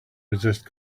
resist